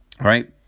Right